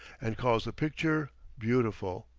and calls the picture beautiful.